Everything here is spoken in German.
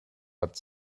hat